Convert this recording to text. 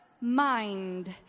Mind